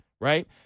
Right